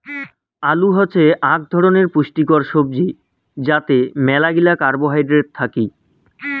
আলু হসে আক ধরণের পুষ্টিকর সবজি যাতে মেলাগিলা কার্বোহাইড্রেট থাকি